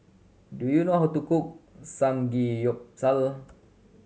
do you know how to cook Samgeyopsal